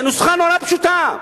זה נוסחה נורא פשוטה.